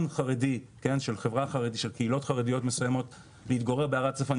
חרדי של קהילות חרדיות מסוימות להתגורר בערי הצפון,